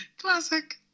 Classic